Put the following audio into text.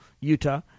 Utah